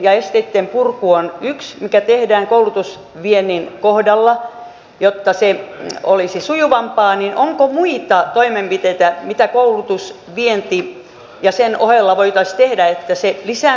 lainsäädännöllisten esteitten purku on yksi mikä tehdään koulutusviennin kohdalla jotta se olisi sujuvampaa onko muita toimenpiteitä mitä sen ohella voitaisiin tehdä että koulutusvienti lisääntyisi